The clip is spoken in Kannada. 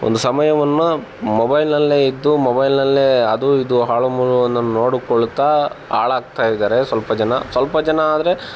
ಒಂದು ಸಮಯವನ್ನು ಮೊಬೈಲ್ನಲ್ಲೇ ಇದ್ದು ಮೊಬೈಲ್ನಲ್ಲೇ ಅದು ಇದು ಹಾಳುಮೂಳುವನ್ನು ನೋಡಿಕೊಳ್ತಾ ಹಾಳಾಗ್ತಾ ಇದ್ದಾರೆ ಸ್ವಲ್ಪ ಜನ ಸ್ವಲ್ಪ ಜನ ಆದರೆ